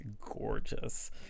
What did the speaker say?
gorgeous